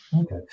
Okay